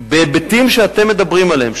בהיבטים שאתם מדברים עליהם,